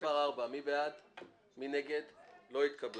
מספר 40 של הרשימה המשותפת לא נתקבלה.